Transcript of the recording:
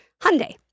Hyundai